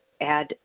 add